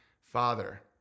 father